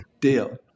Deal